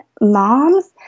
moms